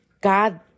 God